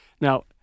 Now